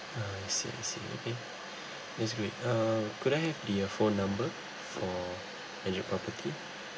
ah I see I see okay that's great uh could I have the uh phone number for and your property